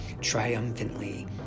triumphantly